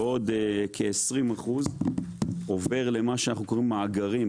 ועוד כ-20% עובר למה שאנחנו קוראים 'מאגרים',